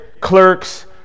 clerks